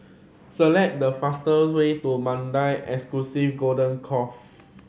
select the fastest way to Mandai Course